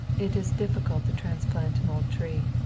it is difficult to transplant an old tree.